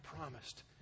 promised